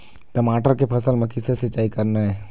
टमाटर के फसल म किसे सिचाई करना ये?